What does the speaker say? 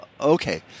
okay